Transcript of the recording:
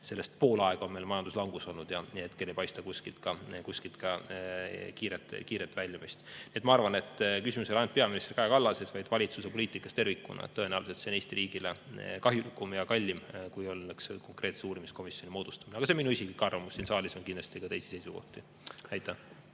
sellest pool aega olnud majanduslangus ja hetkel ei paista kuskilt ka kiiret väljumist. Ma arvan, et küsimus ei ole ainult peaminister Kaja Kallases, vaid valitsuse poliitikas tervikuna. Tõenäoliselt on see Eesti riigile kahjulikum ja kallim, kui oleks konkreetse uurimiskomisjoni moodustamine. Aga see on minu isiklik arvamus, siin saalis on kindlasti ka teisi seisukohti. Aitäh!